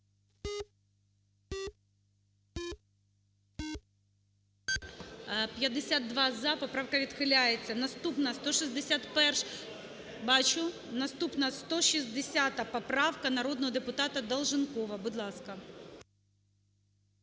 За-52 Поправка відхиляється. Наступна – 161-а… Бачу, наступна, 160 поправка народного депутата Долженкова. Будь ласка.